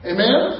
Amen